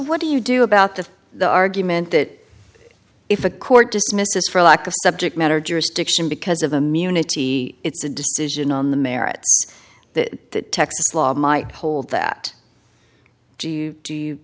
what do you do about the the argument that if a court dismissed for lack of subject matter jurisdiction because of the munity it's a decision on the merits that that texas law might hold that do you